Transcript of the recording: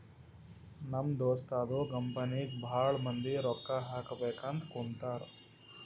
ನಮ್ ದೋಸ್ತದು ಕಂಪನಿಗ್ ಭಾಳ ಮಂದಿ ರೊಕ್ಕಾ ಹಾಕಬೇಕ್ ಅಂತ್ ಕುಂತಾರ್